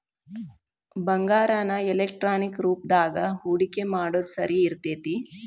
ಬಂಗಾರಾನ ಎಲೆಕ್ಟ್ರಾನಿಕ್ ರೂಪದಾಗ ಹೂಡಿಕಿ ಮಾಡೊದ್ ಸರಿ ಇರ್ತೆತಿ